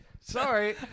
Sorry